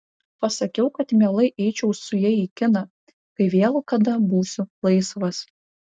pasakiau kad mielai eičiau su ja į kiną kai vėl kada būsiu laisvas